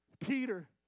Peter